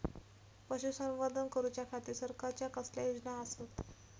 पशुसंवर्धन करूच्या खाती सरकारच्या कसल्या योजना आसत?